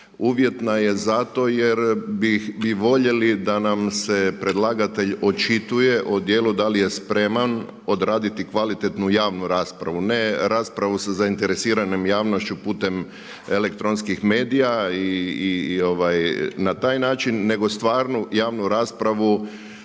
Uvjetna je zato jer bi voljeli da nam se predlagatelj očituje o djelu da li je spreman odraditi kvalitetnu javnu raspravu. Ne raspravu sa zainteresiranom javnošću putem elektronskih medija i na taj način nego stvarnu javnu raspravu